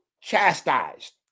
chastised